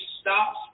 Stop